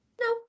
No